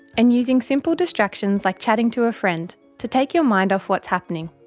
and using simple distractions like chatting to a friend to take your mind off what's happening.